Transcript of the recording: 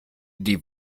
die